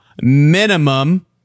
minimum